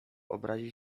obrazi